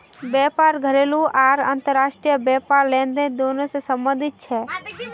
व्यापार घरेलू आर अंतर्राष्ट्रीय व्यापार लेनदेन दोनों स संबंधित छेक